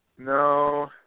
No